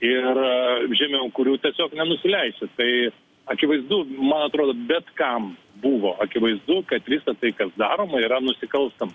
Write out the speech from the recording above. ir žemiau kurių tiesiog nenusileisi tai akivaizdu man atrodo bet kam buvo akivaizdu kad visa tai kas daroma yra nusikalstam